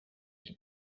die